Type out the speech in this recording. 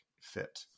fit